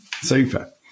Super